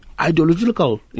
ideological